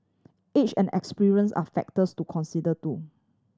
age and experience are factors to consider too